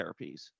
therapies